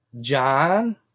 John